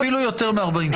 אפילו יותר מ-40 שניות.